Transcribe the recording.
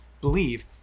believe